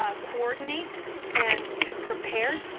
ah coordinate and to prepare.